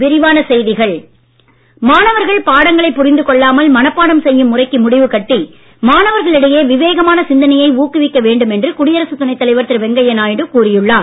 வெங்கையா நாயுடு மாணவர்கள் பாடங்களை புரிந்து கொள்ளாமல் மனப்பாடம் செய்யும் முறைக்கு முடிவு கட்டி மாணவர்களிடையே விவேகமான சிந்தனையை ஊக்குவிக்க வேண்டும் என்று குடியரசு துணைத் தலைவர் திரு வெங்கையா நாயுடு கூறியுள்ளார்